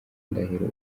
ndahiro